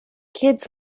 kids